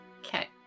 Okay